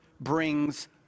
brings